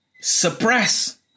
suppress